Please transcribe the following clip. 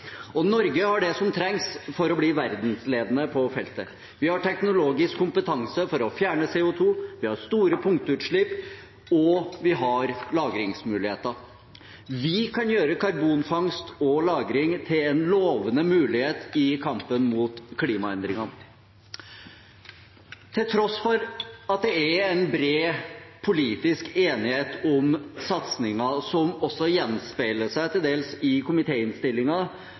Norge har det som trengs for å bli verdensledende på feltet. Vi har teknologisk kompetanse for å fjerne CO2, vi har store punktutslipp, og vi har lagringsmuligheter. Vi kan gjøre karbonfangst og -lagring til en lovende mulighet i kampen mot klimaendringene. Til tross for at det er bred politisk enighet om satsingen, som også gjenspeiler seg til dels i